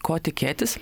ko tikėtis